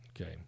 Okay